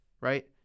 right